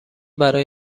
برای